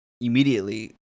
immediately